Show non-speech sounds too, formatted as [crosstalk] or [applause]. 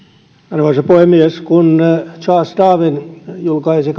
arvoisa puhemies kun charles darwin julkaisi [unintelligible]